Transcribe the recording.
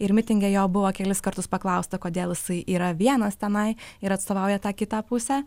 ir mitinge jo buvo kelis kartus paklausta kodėl jisai yra vienas tenai ir atstovauja tą kitą pusę